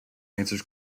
answers